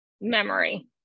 memory